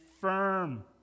firm